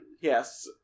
Yes